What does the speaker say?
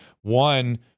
one